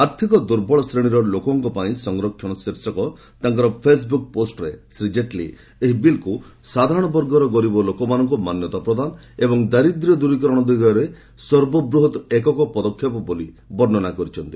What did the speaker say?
ଆର୍ଥକ ଦୂର୍ବଳ ଶ୍ରେଣୀର ଲୋକମାନଙ୍କ ପାଇଁ ସଂରକ୍ଷଣ ଶୀର୍ଷକ ତାଙ୍କର ଫେସ୍ବୁକ୍ ପୋଷ୍ଟରେ ଶ୍ରୀ ଜେଟ୍ଲୀ ଏହି ବିଲ୍କୁ ସାଧାରଣ ବର୍ଗର ଗରିବ ଲୋକମାନଙ୍କୁ ମାନ୍ୟତା ପ୍ରଦାନ ଏବଂ ଦାରିଦ୍ର୍ୟ ଦୂରୀକରଣ ଦିଗରେ ସର୍ବବୃହତ୍ ଏକକ ଦପକ୍ଷେପ ବୋଲି ବର୍ଷନା କରିଛନ୍ତି